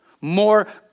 more